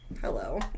hello